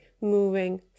moving